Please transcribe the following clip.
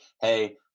Hey